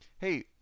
Hey